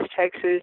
Texas